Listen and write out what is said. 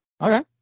Okay